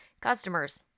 customers